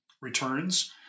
returns